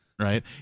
right